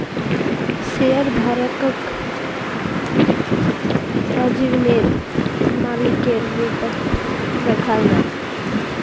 शेयरधारकक आजीवनेर मालिकेर रूपत दखाल जा छेक